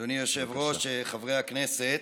אדוני היושב-ראש, חברי הכנסת,